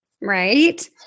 right